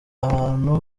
abantu